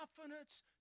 confidence